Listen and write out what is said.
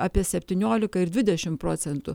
apie septyniolika ir dvidešimt procentų